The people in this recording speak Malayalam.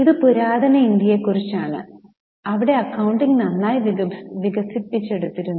ഇത് പുരാതന ഇന്ത്യയെക്കുറിച്ചാണ് അവിടെ അക്കൌണ്ടിംഗ് നന്നായി വികസിപ്പിച്ചെടുത്തിരുന്നു